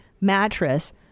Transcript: mattress